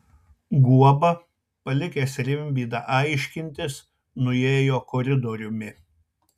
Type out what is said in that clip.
guoba palikęs rimvydą aiškintis nuėjo koridoriumi